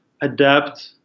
adapt